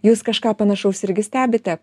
jūs kažką panašaus irgi stebite